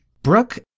Brooke